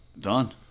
done